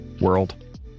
World